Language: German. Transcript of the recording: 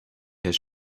herrn